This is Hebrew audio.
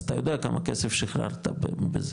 אז אתה יודע כמה כסף שחררת בזה,